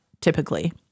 typically